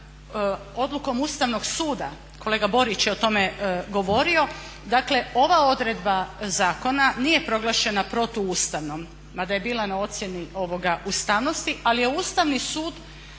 odlukom Ustavnog suda, kolega Borić je o tome govorio dakle ova odredba zakona nije proglašena protuustavnom, mada je bila na ocjeni ustavnosti ali je Ustavni sud